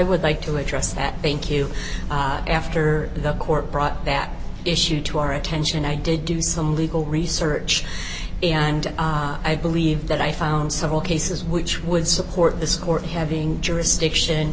would like to address that thank you after the court brought that issue to our attention i did do some legal research and i believe that i found several cases which would support this court having jurisdiction